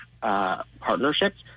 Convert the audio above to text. partnerships